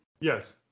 Yes